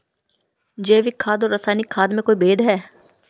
जैविक खाद और रासायनिक खाद में कोई भेद है?